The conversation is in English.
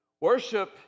Worship